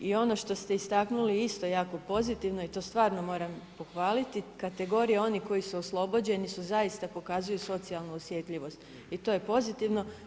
I ono što ste istaknuli isto jako pozitivno i to stvarno moram pohvaliti, kategorije onih koji su oslobođeni su zaista, pokazuju socijalnu osjetljivost i to je pozitivno.